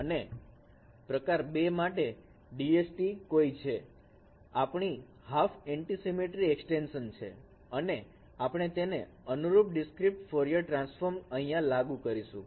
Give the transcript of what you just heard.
અને પ્રકાર 2 માટે DST કોઈ છે આપણી હાફ એન્ટીસીમેટ્રિ એક્સ્ટેંશન છે અને આપણે તેને અનુરૂપ ડીસક્રિટ ફોરયર ટ્રાન્સફોર્મ અહીંયા લાગુ કરશું